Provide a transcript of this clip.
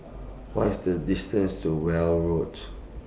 What IS The distance to Weld Road